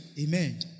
Amen